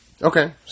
Okay